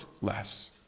less